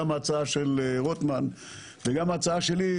גם ההצעה של רוטמן וגם ההצעה שלי,